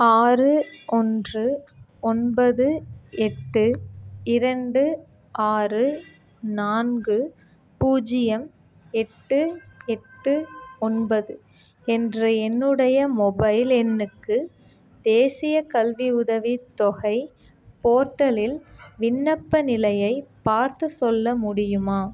ஆறு ஒன்று ஒன்பது எட்டு இரண்டு ஆறு நான்கு பூஜ்ஜியம் எட்டு எட்டு ஒன்பது என்ற என்னுடைய மொபைல் எண்ணுக்கு தேசியக் கல்வி உதவித்தொகை போர்ட்டலில் விண்ணப்ப நிலையைப் பார்த்துச் சொல்ல முடியுமா